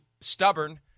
stubborn